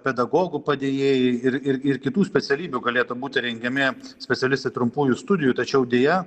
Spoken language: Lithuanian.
pedagogų padėjėjai ir ir ir kitų specialybių galėtų būti rengiami specialistai trumpųjų studijų tačiau deja